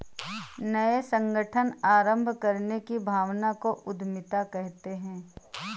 नये संगठन आरम्भ करने की भावना को उद्यमिता कहते है